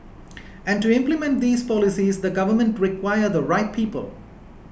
and to implement these policies the government require the right people